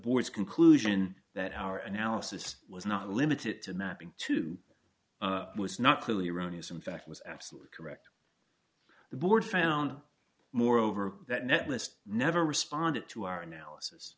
board's conclusion that our analysis was not limited to mapping to was not clearly erroneous in fact was absolutely correct the board found moreover that netlist never responded to our analysis